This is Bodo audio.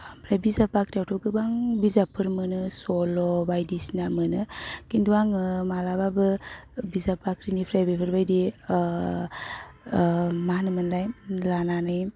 ओमफ्राय बिजाब बाख्रिआवथ' गोबां बिजाबफोर मोनो सल' बायदिसिना मोनो खिन्थु आङो मालाबाबो बिजाब बाख्रिनिफ्राय बेफोर बायदि मा होनोमोनलाय लानानै